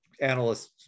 analysts